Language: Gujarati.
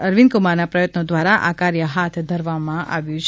અરવિંદ કુમારના પ્રયત્નો દ્વારા આ કાર્ય હાથ ધરવામાં આવ્યુ છે